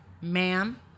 ma'am